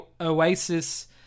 oasis